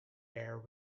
air